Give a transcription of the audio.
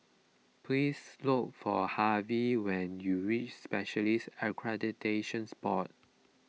please look for Harvy when you reach Specialists Accreditations Board